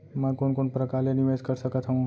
मैं कोन कोन प्रकार ले निवेश कर सकत हओं?